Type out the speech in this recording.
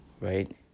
right